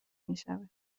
میشود